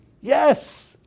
yes